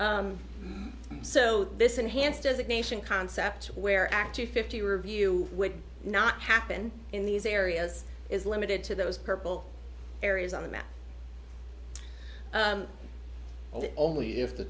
county so this enhanced designation concept where actually fifty review would not happen in these areas is limited to those purple areas on the map and only if the